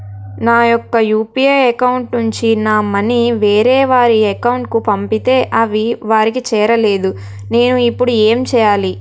నా యెక్క UPI account నుంచి నా మనీ వేరే వారి అకౌంట్ కు పంపితే అవి వారికి చేరలేదు నేను ఇప్పుడు ఎమ్ చేయాలి?